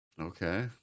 Okay